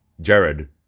Jared